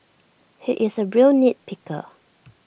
he is A real nit picker